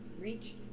reach